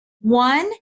One